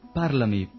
parlami